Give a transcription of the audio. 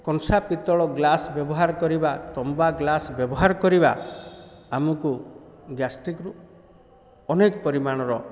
କଂସା ପିତଳ ଗ୍ଲାସ୍ ବ୍ୟବହାର କରିବା ତମ୍ବା ଗ୍ଲାସ୍ ବ୍ୟବହାର କରିବା ଆମକୁ ଗ୍ୟାଷ୍ଟ୍ରିକ୍ରୁ ଅନେକ ପରିମାଣର